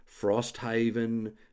Frosthaven